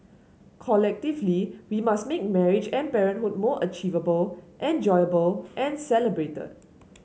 collectively we must make marriage and parenthood more achievable enjoyable and celebrated